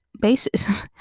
basis